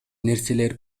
нерселер